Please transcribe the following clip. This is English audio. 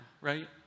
right